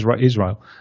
Israel